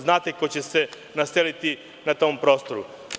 Znate ko će se naseliti na tom prostoru.